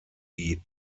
die